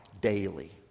daily